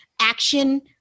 action